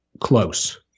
close